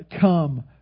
come